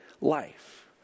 life